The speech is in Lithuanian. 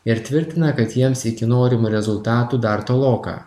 ir tvirtina kad jiems iki norimų rezultatų dar toloka